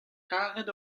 karet